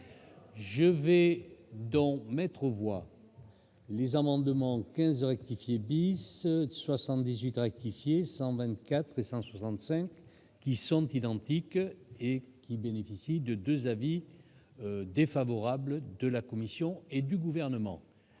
Je vais donc mettre aux voix. Les amendements 15 rectifier de 78 rectifier 124 et 165. Qui sont identiques et qui bénéficie de 2 avis défavorables de la Commission et du gouvernement